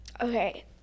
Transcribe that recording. okay